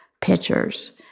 pictures